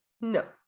no